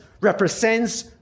represents